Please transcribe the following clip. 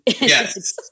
Yes